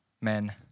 men